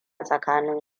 tsakanin